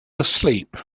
asleep